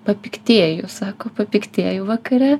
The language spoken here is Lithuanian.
papiktėju sako papiktėju vakare